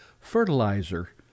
fertilizer